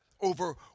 Over